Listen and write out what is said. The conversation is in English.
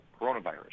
coronavirus